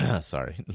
sorry